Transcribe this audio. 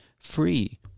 free